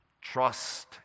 Trust